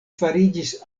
fariĝis